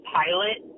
pilot